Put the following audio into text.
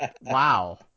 Wow